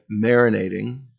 marinating